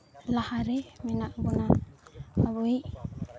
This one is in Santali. ᱞᱟᱦᱟᱨᱮ ᱢᱮᱱᱟᱜ ᱵᱚᱱᱟ ᱟᱵᱚᱭᱤᱡ